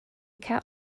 cat